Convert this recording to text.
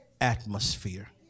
atmosphere